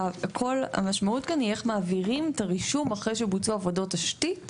כל המשמעות כאן היא איך מעבירים את הרישום אחרי שבוצעו עבודות תשתית